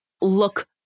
look